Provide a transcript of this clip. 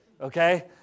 okay